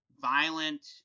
violent